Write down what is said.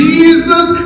Jesus